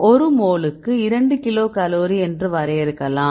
ஒரு மோலுக்கு 2 கிலோகலோரி என்று வரையறுக்கலாம்